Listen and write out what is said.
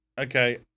Okay